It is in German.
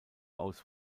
aus